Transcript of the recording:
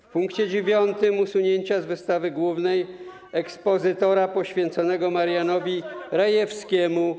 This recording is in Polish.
W punkcie dziewiątym - usunięcia z wystawy głównej ekspozytora poświęconego Marianowi Rejewskiemu.